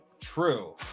True